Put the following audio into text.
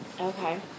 Okay